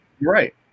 Right